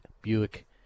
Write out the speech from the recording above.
Buick